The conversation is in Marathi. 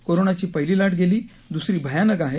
कोरोनाची पहिली लाट गेली दुसरी भयानक आहे